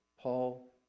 Paul